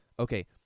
okay